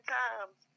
times